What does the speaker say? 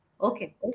Okay